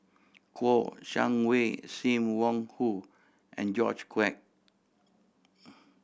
Kouo Shang Wei Sim Wong Hoo and George Quek